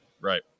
Right